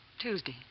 Tuesday